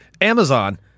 Amazon